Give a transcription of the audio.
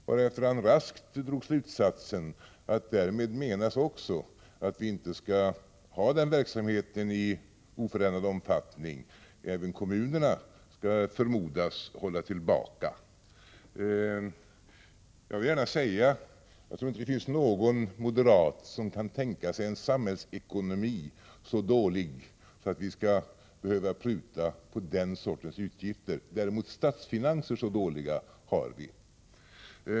Därefter drog han raskt slutsatsen att därmed också menas att vi inte skall ha denna verksamhet i oförändrad omfattning utan att även kommunerna skall förmodas hålla tillbaka. Jag tror inte att det finns någon moderat som kan tänka sig en samhällsekonomi som är så dålig att vi skall behöva pruta på den sortens utgifter. Däremot har vi så dåliga statsfinanser.